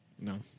No